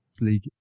League